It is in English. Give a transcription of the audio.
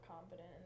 confident